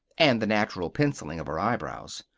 and the natural penciling of her eyebrows.